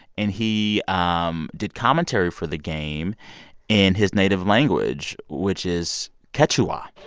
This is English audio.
and he um did commentary for the game in his native language, which is quechua